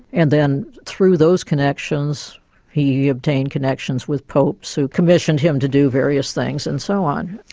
and then through those connections he obtained connections with popes who commissioned him to do various things, and so on.